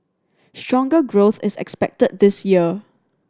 stronger growth is expected this year